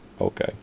Okay